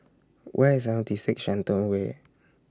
Where IS seventy six Shenton Way